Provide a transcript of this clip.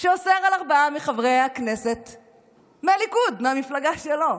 שאוסר על ארבעה מחברי כנסת מהליכוד, מהמפלגה שלו,